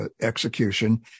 execution